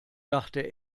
dachte